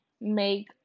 make